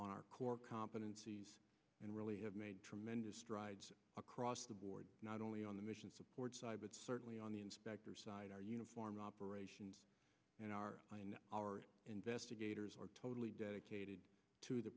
on our core competencies and really have made tremendous strides across the board not only on the mission support side but certainly on the inspectors side our uniformed operations and our our investigators are totally dedicated to the